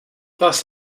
this